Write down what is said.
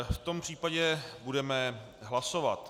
V tom případě budeme hlasovat.